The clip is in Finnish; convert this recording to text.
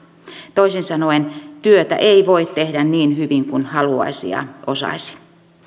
toisin sanoen työtä ei voi tehdä niin hyvin kuin haluaisi ja osaisi